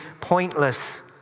pointless